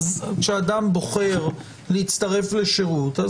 כשאדם בוחר להצטרף לשירות,